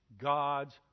God's